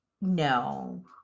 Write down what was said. No